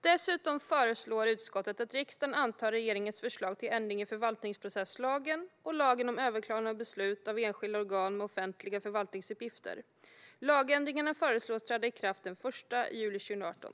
Dessutom föreslår utskottet att riksdagen ska anta regeringens förslag till ändring i förvaltningsprocesslagen och lagen om överklagande av beslut av enskilda organ med offentliga förvaltningsuppgifter. Lagändringarna föreslås träda i kraft den 1 juli 2018.